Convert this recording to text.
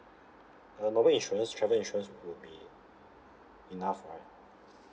uh normally insurance travel insurance would be enough right